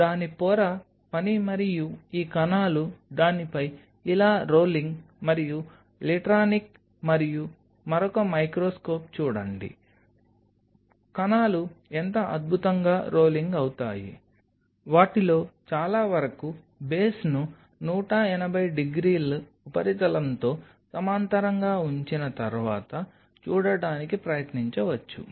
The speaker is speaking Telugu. దాని పొర పని మరియు ఈ కణాలు దానిపై ఇలా రోలింగ్ మరియు లిట్రానిక్ మరియు మరొక మైక్రోస్కోప్ చూడండి కణాలు ఎంత అద్భుతంగా రోలింగ్ అవుతాయి వాటిలో చాలా వరకు బేస్ను 180 డిగ్రీలు ఉపరితలంతో సమాంతరంగా ఉంచిన తర్వాత చూడటానికి ప్రయత్నించవచ్చు